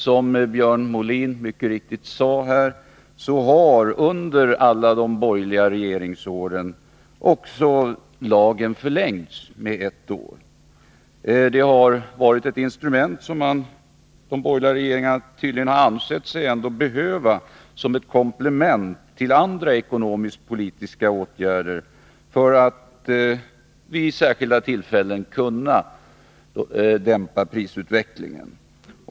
Som Björn Molin mycket riktigt sade här har lagens giltighetstid under de borgerliga regeringsåren också förlängts med ett år i taget. Det har varit ett instrument som de borgerliga regeringarna tydligen ändå ansett sig behöva som ett komplement till andra ekonomisk-politiska åtgärder för att vid särskilda tillfällen kunna dämpa prisutvecklingen.